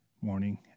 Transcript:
morning